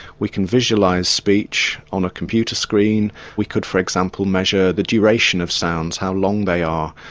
we can visualise speech on a computer screen. we could, for example, measure the duration of sounds, how long they are.